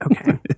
okay